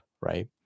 Right